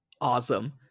Awesome